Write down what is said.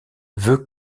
veut